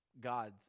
God's